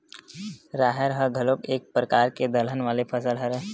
राहेर ह घलोक एक परकार के दलहन वाले फसल हरय